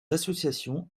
associations